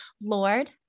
lord